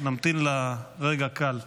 נמתין לה רגע קל.